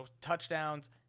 touchdowns